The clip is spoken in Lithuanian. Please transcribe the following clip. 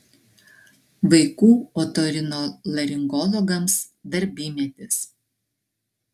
vaikų otorinolaringologams darbymetis